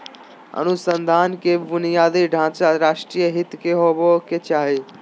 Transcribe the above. अनुसंधान के बुनियादी ढांचा राष्ट्रीय हित के होबो के चाही